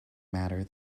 matter